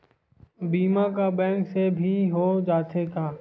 बीमा का बैंक से भी हो जाथे का?